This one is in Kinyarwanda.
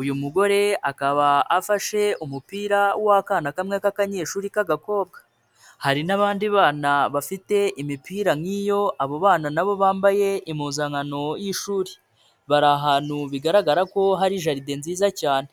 uyu mugore akaba afashe umupira w'akana kamwe k'akanyeshuri k'agakobwa, hari n'abandi bana bafite imipira nk'iyo abo bana na bo bambaye impuzankano y'ishuri, bari ahantu bigaragara ko hari jaride nziza cyane.